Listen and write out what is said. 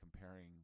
comparing